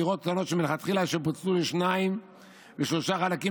דירות קטנות מלכתחילה שפוצלו לשניים ולשלושה חלקים,